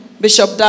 Bishop